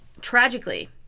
Tragically